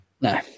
No